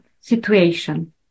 situation